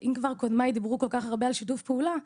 אם קודמיי דברו הרבה על שיתוף פעולה,